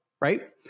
right